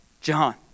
John